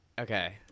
Okay